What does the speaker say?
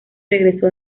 regresó